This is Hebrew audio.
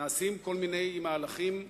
נעשים כל מיני מהלכים,